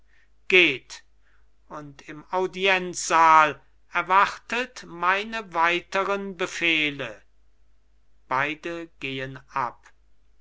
geht und im audienzsaal erwartet meine weiteren befehle beide gehen ab